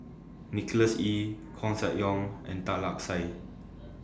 Nicholas Ee Koeh Sia Yong and Tan Lark Sye